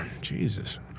Jesus